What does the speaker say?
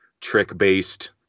trick-based